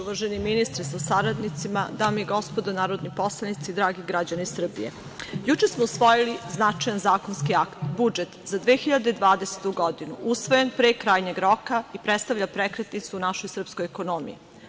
Uvaženi ministre sa saradnicima, dame i gospodo narodni poslanici, dragi građani Srbije, juče smo usvojili značajni zakonski akt, budžet za 2020. godinu, usvojen pre krajnjeg roka i predstavlja prekretnicu u našoj srpskoj ekonomiji.